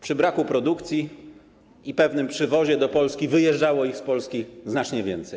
Przy braku produkcji i pewnym przywozie do Polski wyjeżdżało ich z Polski znacznie więcej.